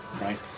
right